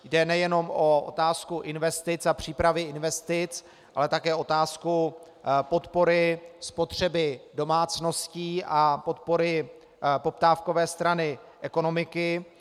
Jde nejenom o otázku investic a přípravy investic, ale také o otázku podpory spotřeby domácností a podpory poptávkové strany ekonomiky.